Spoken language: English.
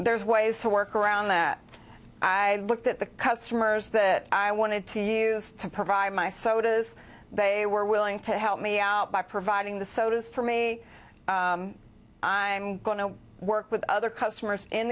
there's ways to work around that i looked at the customers that i wanted to use to provide my sodas they were willing to help me out by providing the sodas for me i'm going to work with other customers